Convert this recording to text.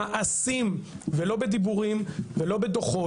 לא בכדי.